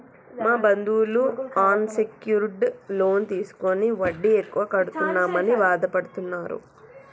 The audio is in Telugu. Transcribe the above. మా బంధువులు అన్ సెక్యూర్డ్ లోన్ తీసుకుని వడ్డీ ఎక్కువ కడుతున్నామని బాధపడుతున్నరు